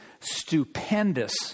stupendous